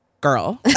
girl